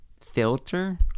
Filter